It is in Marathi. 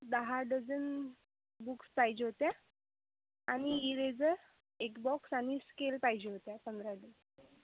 दहा डजन बुक्स पाहिजे होत्या आणि इरेझर एक बॉक्स आणि स्केल पाहिजे होत्या पंधरा डझन